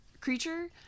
creature